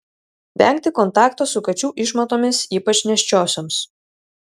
vengti kontakto su kačių išmatomis ypač nėščiosioms